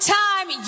time